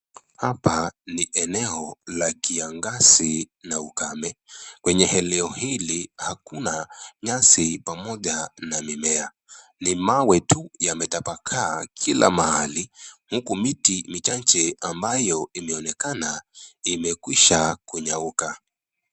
Hapa ni eneo la kiangazi na ukame. Kwenye eneo hili hakuna nyasi pamoja na mimea. Ni mawe tu yametapakaa kila mahali huku miti michache ambayo imeonekana imekwisha kunyauka.